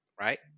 right